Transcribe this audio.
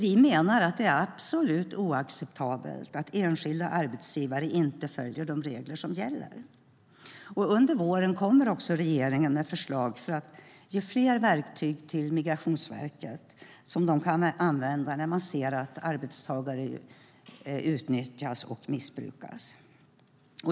Vi menar att det är oacceptabelt att enskilda arbetsgivare inte följer de regler som gäller. Under våren kommer också regeringen med förslag för att ge fler verktyg till Migrationsverket som de kan använda när de ser att arbetstagare utnyttjas och missbrukas.